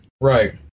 Right